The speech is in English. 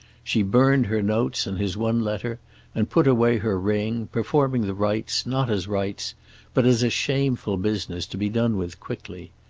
she burned her notes and his one letter and put away her ring, performing the rites not as rites but as a shameful business to be done with quickly.